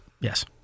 Yes